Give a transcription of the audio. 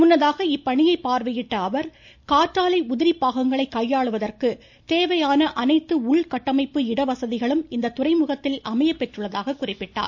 முன்னதாக இப்பணியை பார்வையிட்ட அவர் காற்றாலை உதிரி பாகங்களை கையாளுவதற்கு தேவையான அனைத்து உள்கட்டமைப்பு இடவசதிகளும் இத்துறைமுகத்தில் அமையப்பெற்றுள்ளதாக குறிப்பிட்டார்